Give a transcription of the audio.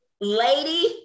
Lady